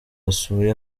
asuye